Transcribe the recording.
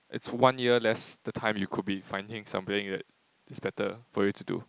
it's one year less the time you could be finding something that is better for you to do